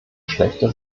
schlechte